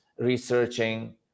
researching